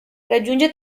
raggiunge